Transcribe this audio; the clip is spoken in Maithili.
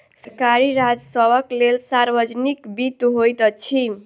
सरकारी राजस्वक लेल सार्वजनिक वित्त होइत अछि